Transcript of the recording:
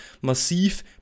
massiv